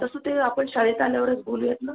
तसं ते आपण शाळेत आल्यावरच बोलूयात ना